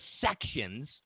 sections